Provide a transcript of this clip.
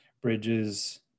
Bridges